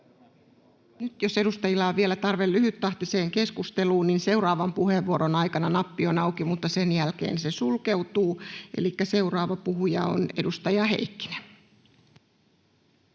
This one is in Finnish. Nyt jos edustajilla on vielä tarve lyhyttahtiseen keskusteluun, niin seuraavan puheenvuoron aikana nappi on auki, mutta sen jälkeen se sulkeutuu. — Seuraava puhuja on edustaja Heikkinen.